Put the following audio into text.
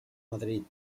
madrid